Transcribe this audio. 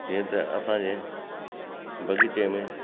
जीअं त असांजे बगीचे में